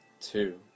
two